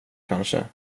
kanske